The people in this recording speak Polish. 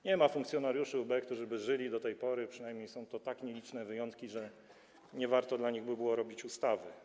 Nie ma funkcjonariuszy UB, którzy by żyli do tej pory, przynajmniej są to tak nieliczne wyjątki, że nie warto by było robić dla nich ustawy.